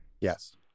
Yes